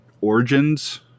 Origins